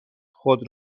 خود